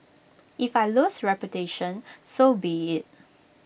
if I lose reputation so be IT